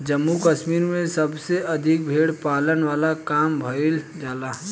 जम्मू कश्मीर में सबसे अधिका भेड़ पालन वाला काम कईल जाला